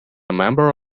member